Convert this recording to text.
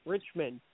Richmond